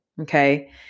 Okay